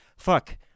fuck